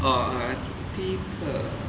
uh 第一课